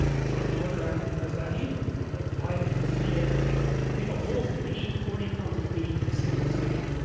it's like no other animal does that either you know like the lions they just eat everything i think a wolf can eat forty pounds of meat in a single sitting?